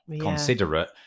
considerate